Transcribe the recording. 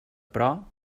però